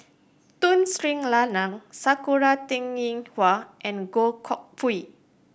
Tun Sri Lanang Sakura Teng Ying Hua and Goh Koh Pui